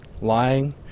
lying